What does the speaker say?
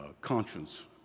conscience